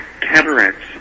cataracts